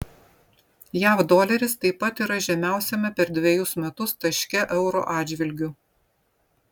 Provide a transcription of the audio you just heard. jav doleris taip pat yra žemiausiame per dvejus metus taške euro atžvilgiu